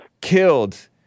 killed